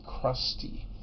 crusty